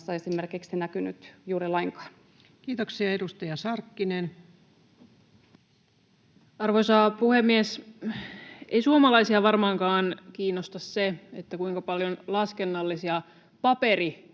näkynyt juuri lainkaan. Kiitoksia. — Edustaja Sarkkinen. Arvoisa puhemies! Ei suomalaisia varmaankaan kiinnosta se, kuinka paljon laskennallisia